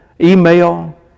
email